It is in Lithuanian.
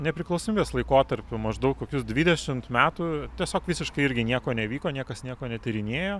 nepriklausomybės laikotarpiu maždaug kokius dvidešimt metų tiesiog visiškai irgi nieko nevyko niekas nieko netyrinėjo